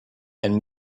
and